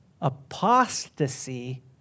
apostasy